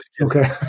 Okay